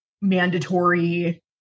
mandatory